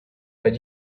but